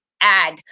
add